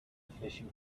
fishing